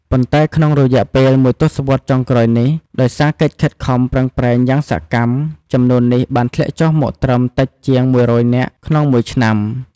ប៉ុន្តែក្នុងរយៈពេលមួយទសវត្សរ៍ចុងក្រោយនេះ ដោយសារកិច្ចខិតខំប្រឹងប្រែងយ៉ាងសកម្ម ចំនួននេះបានធ្លាក់ចុះមកត្រឹម តិចជាង ១០០ នាក់ក្នុងមួយឆ្នាំ ។